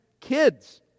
kids